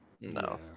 No